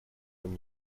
чем